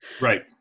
Right